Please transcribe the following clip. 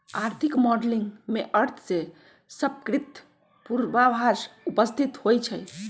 आर्थिक मॉडलिंग में अर्थ से संपर्कित पूर्वाभास उपस्थित होइ छइ